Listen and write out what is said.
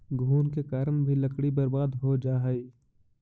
घुन के कारण भी लकड़ी बर्बाद हो जा हइ